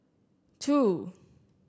two